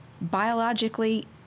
Biologically